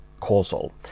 causal